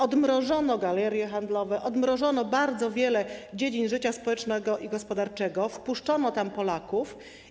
Odmrożono galerie handlowe, odmrożono bardzo wiele dziedzin życia społecznego i gospodarczego, wpuszczono tam Polaków.